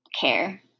Care